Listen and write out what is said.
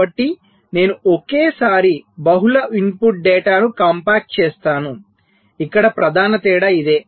కాబట్టి నేను ఒకేసారి బహుళ అవుట్పుట్ డేటాను కాంపాక్ట్ చేస్తాను ఇక్కడ ప్రధాన తేడా ఇదే